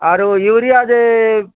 ଆରୁ ୟୁରିଆ ଦେ